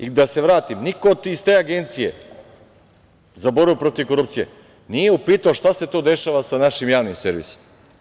I da se vratim, niko iz te Agencije za borbu protiv korupcije nije upitao šta se to dešava sa našim javnim servisom.